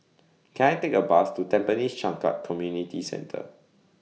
Can I Take A Bus to Tampines Changkat Community Centre